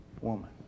woman